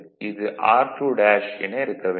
இது r2' என இருக்க வேண்டும்